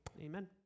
Amen